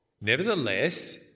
Nevertheless